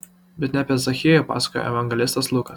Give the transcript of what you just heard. bet ne apie zachiejų pasakoja evangelistas lukas